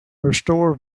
restore